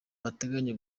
bateganya